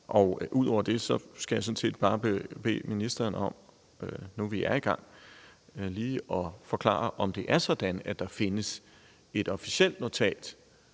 Ud over det skal jeg sådan set bare bede ministeren om – nu, vi er i gang – lige at forklare, om det er sådan, at der findes et officielt notat